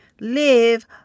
Live